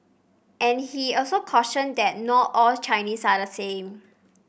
and he also cautioned that not all Chinese are the same